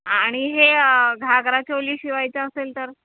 आणि हे घागरा चोली शिवायचं असेल तर